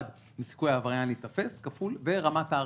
מסיכוי ההרתעה להיתפס ורמת ההרתעה.